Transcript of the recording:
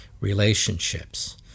relationships